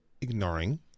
ignoring